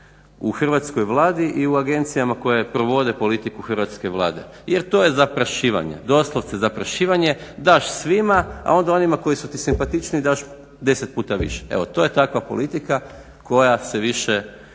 u Hrvatskoj Vladi i u Agencijama koje provode politiku hrvatske Vlade, jer to je zaprašivanje, doslovce zaprašivanje. Daš svima a onda onima koji su ti simpatičniji daš deset puta više. Eto to je takva politika koja se više